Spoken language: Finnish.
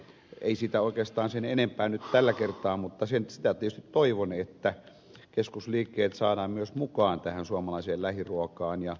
ei siitä oikeastaan sen enempää nyt tällä kertaa mutta sitä tietysti toivon että keskusliikkeet saadaan myös mukaan tähän suomalaiseen lähiruokaan